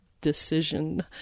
decision